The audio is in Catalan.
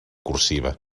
cursiva